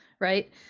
right